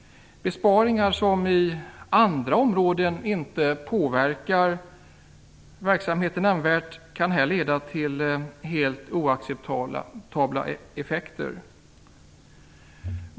Besparingar som i andra områden inte påverkar verksamheten nämnvärt kan här få helt oacceptabla effekter.